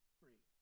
free